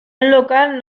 población